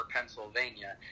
Pennsylvania